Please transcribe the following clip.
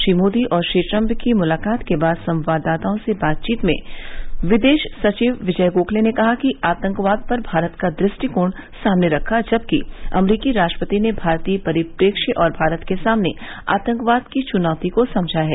श्री मोदी और श्री ट्रम्प की मुलाकात के बाद संवाददाताओं से बातचीत में विदेश सचिव विजय गोखले ने कहा कि आतंकवाद पर भारत का दृष्टिकोण सामने रखा जबकि अमरीकी राष्ट्रपति ने भारतीय परिप्रेक्ष्य और भारत के सामने आतंकवाद की चुनौती को समझा है